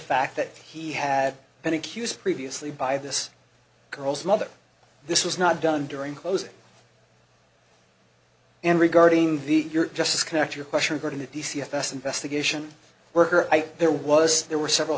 fact that he had been accused previously by this girl's mother this was not done during closing and regarding the you're just disconnect your question according to the c f s investigation worker there was there were several